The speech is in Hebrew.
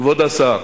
כבוד השר,